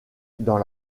dans